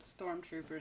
stormtroopers